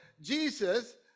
jesus